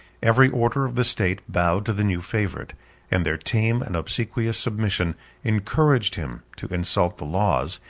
every order of the state bowed to the new favorite and their tame and obsequious submission encouraged him to insult the laws,